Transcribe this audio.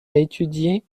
étudier